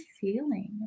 feeling